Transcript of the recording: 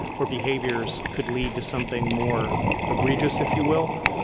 where behaviors could lead to something more egregious, if you will,